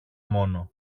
μόνο